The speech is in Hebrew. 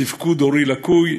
תפקוד הורי לקוי,